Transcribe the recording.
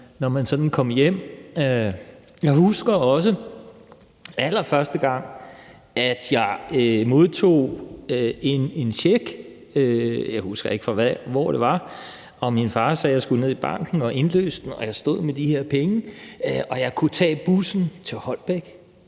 når man sådan kom hjem. Jeg husker også allerførste gang, jeg modtog en check. Jeg husker ikke, hvor den var fra, men min far sagde, at jeg skulle ned i banken og indløse den. Og jeg stod så med de her penge og kunne tage bussen til Holbæk